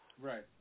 Right